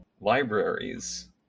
libraries